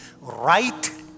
right